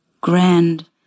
grand